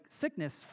sickness